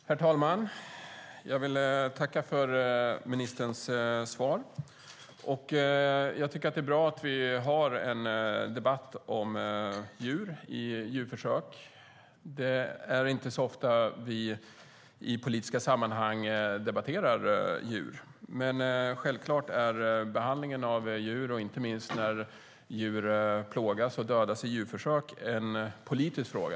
Herr talman! Jag tackar ministern för svaret. Jag tycker att det är bra att vi har en debatt om djur i djurförsök. Det är inte så ofta vi debatterar djur i politiska sammanhang. Men självklart är behandlingen av djur en politisk fråga, inte minst när djur plågas och dödas i djurförsök.